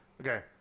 Okay